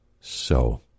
So